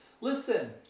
Listen